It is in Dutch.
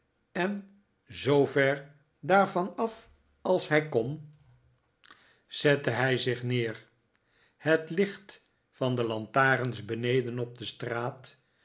en zoover daarvan af als hij kon nikolaas nickleby zette hij zich neer het licht van de lantarens beneden op de straat